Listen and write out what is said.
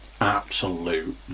absolute